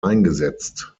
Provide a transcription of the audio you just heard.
eingesetzt